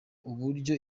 uburyo